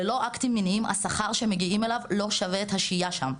ללא אקטים מיניים השכר שמגיעים אליו לא שווה את השהייה שם.